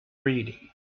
reading